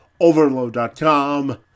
Overload.com